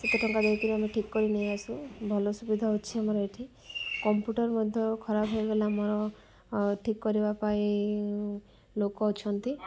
ସେତେ ଟଙ୍କା ଦେଇକିରି ଆମେ ଠିକ୍ କରି ନେଇଆସୁ ଭଲ ସୁବିଧା ଅଛି ଆମର ଏଠି କମ୍ପୁଟର ମଧ୍ୟ ଖରାପ ହେଇଗଲା ଆମର ଠିକ୍ କରିବା ପାଇଁ ଲୋକ ଅଛନ୍ତି